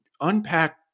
Unpack